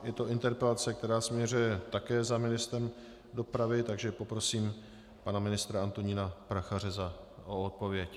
Je to interpelace, která směřuje také za ministrem dopravy, takže poprosím pana ministra Antonína Prachaře o odpověď.